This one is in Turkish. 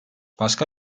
başka